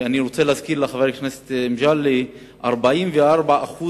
אני רוצה להזכיר לחבר הכנסת מגלי והבה ש-44%